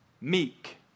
meek